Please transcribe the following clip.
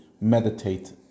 meditate